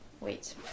Wait